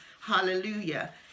hallelujah